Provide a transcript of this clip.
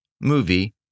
Movie